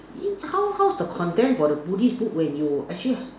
how how's the content for the buddhist book when you actually